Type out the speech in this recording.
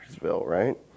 right